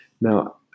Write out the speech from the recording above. Now